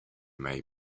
may